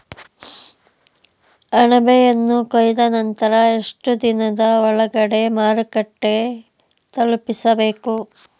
ಅಣಬೆಯನ್ನು ಕೊಯ್ದ ನಂತರ ಎಷ್ಟುದಿನದ ಒಳಗಡೆ ಮಾರುಕಟ್ಟೆ ತಲುಪಿಸಬೇಕು?